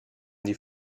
die